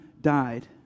died